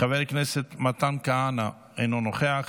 חבר הכנסת מתן כהנא אינו נוכח,